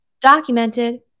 Documented